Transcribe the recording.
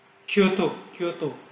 kyoto kyoto